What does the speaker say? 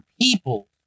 people